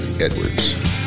Edwards